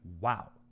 Wow